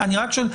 אני רק שואל.